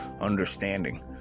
understanding